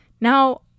Now